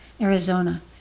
Arizona